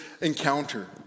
encounter